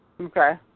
Okay